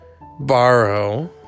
borrow